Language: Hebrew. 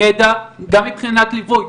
ידע, גם מבחינת ליווי.